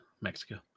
Mexico